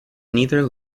neither